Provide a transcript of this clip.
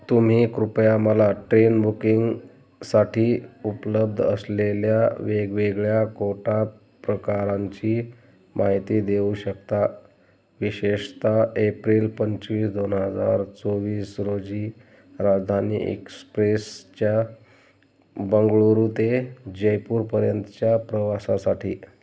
तुम्ही कृपया मला ट्रेन बुकिंगसाठी उपलब्ध असलेल्या वेगवेगळ्या कोटा प्रकारांची माहिती देऊ शकता विशेषतः एप्रिल पंचवीस दोन हजार चोवीस रोजी राजधानी एक्सप्रेसच्या बंगळुरू ते जयपूरपर्यंतच्या प्रवासासाठी